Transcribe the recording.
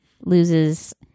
loses